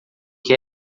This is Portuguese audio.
que